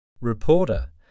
Reporter